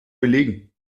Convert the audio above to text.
belegen